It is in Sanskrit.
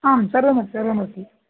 आं सर्वमस्ति सर्वमस्ति